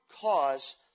cause